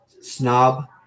snob